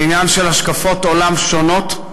זה עניין של השקפות עולם שונות.